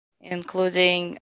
including